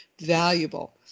valuable